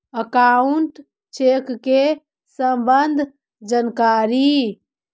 Account check के सम्बन्ध जानकारी?